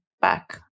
back